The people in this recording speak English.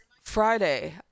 Friday